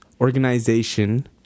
organization